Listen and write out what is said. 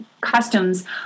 customs